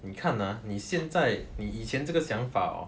你看 ah 你现在你以前这个想法 hor